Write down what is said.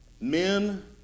Men